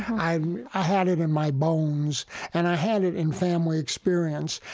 i i had it in my bones and i had it in family experience.